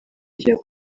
ryo